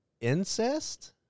incest